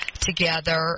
together